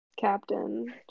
captain